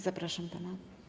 Zapraszam pana.